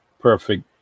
perfect